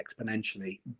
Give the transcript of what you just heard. exponentially